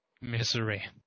misery